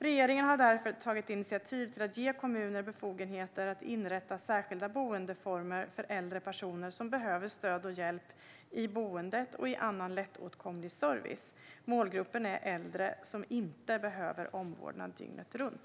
Regeringen har därför tagit initiativ till att ge kommuner befogenhet att inrätta särskilda boendeformer för äldre personer som behöver stöd och hjälp i boendet och annan lättåtkomlig service. Målgruppen är äldre som inte behöver omvårdnad dygnet runt.